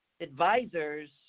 advisors